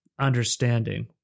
understanding